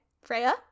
Freya